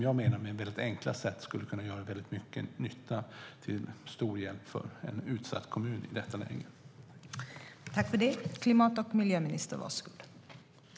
Jag menar att detta väldigt enkelt skulle kunna göra väldigt mycket nytta till stor hjälp för en utsatt kommun i detta läge.